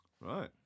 Right